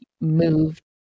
moved